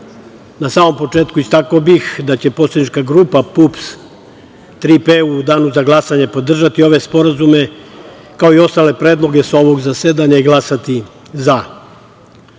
samom početku, istakao bih da će poslanička grupa PUPS - „Tri P“ u danu za glasanje podržati ove sporazume, kao i ostale predloge sa ovog zasedanja i glasati za.U